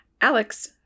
Alex